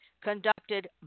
conducted